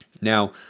Now